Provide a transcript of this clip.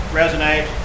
resonate